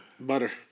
Butter